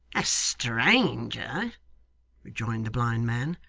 a stranger rejoined the blind man.